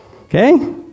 Okay